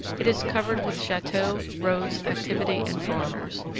it is covered with chateaux, roads, activity, and foreigners.